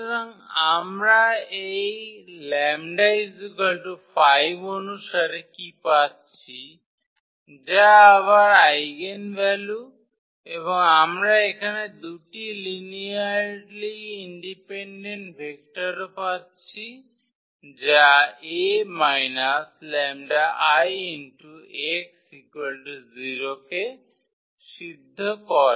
সুতরাং আমরা এই 𝜆 5 অনুসারে কি পাচ্ছি যা আবার আইগেনভ্যালু এবং আমরা এখানে দুটি লিনিয়ারলি ইন্ডিপেন্ডেন্ট ভেক্টরও পাচ্ছি যা 𝐴 𝜆𝐼𝑥 0 কে সিদ্ধ করে